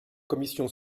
commission